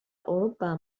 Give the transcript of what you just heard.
أوروبا